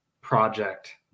project